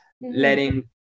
letting